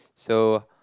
so